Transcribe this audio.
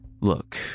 Look